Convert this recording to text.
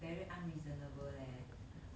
very unreasonable leh